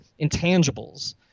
intangibles